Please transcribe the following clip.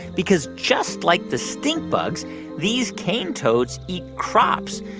because just like the stink bugs these cane toads eat crops.